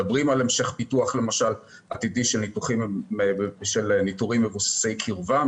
הם מדברים למשל על המשך פיתוח של ניטורים מבוססי קרבה,